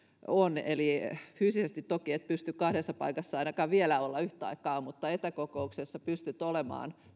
on eli fyysisesti toki et pysty kahdessa paikassa ainakaan vielä olemaan yhtä aikaa mutta etäkokouksessa pystyt olemaan